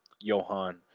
johan